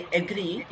agree